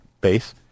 Base